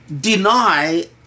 deny